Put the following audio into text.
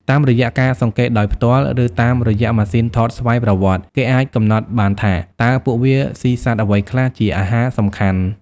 តាមរយៈការសង្កេតដោយផ្ទាល់ ឬតាមរយៈម៉ាស៊ីនថតស្វ័យប្រវត្តិ គេអាចកំណត់បានថា តើពួកវាស៊ីសត្វអ្វីខ្លះជាអាហារសំខាន់។